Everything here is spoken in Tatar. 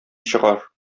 чыгар